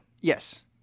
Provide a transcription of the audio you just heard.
Yes